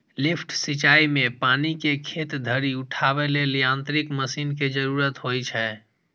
lift सिंचाइ मे पानि कें खेत धरि उठाबै लेल यांत्रिक मशीन के जरूरत होइ छै